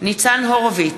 ניצן הורוביץ,